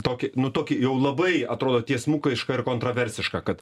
tokį nu tokį jau labai atrodo tiesmukišką ir kontroversišką kad